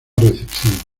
recepción